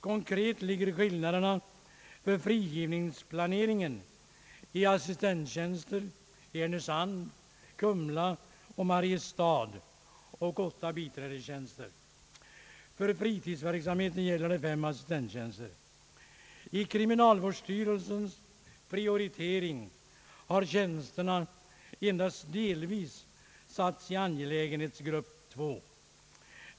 Konkret ligger skillnaderna när det gäller frigivningsplaneringen på assistenttjänster i Härnösand, Kumla och Mariestad och åtta biträdestjänster. För fritidsverksamheten gäller det fem assistenttjänster. I kriminalvårdsstyrelsens prioritering har tjänsterna endast delvis satts i angelägenhetsgrupp 2.